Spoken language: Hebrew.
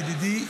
ידידי,